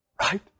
Right